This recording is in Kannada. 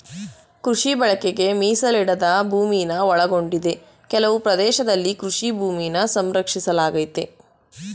ಕೃಷಿ ಬಳಕೆಗೆ ಮೀಸಲಿಡದ ಭೂಮಿನ ಒಳಗೊಂಡಿದೆ ಕೆಲವು ಪ್ರದೇಶದಲ್ಲಿ ಕೃಷಿ ಭೂಮಿನ ಸಂರಕ್ಷಿಸಲಾಗಯ್ತೆ